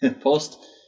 post